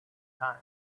time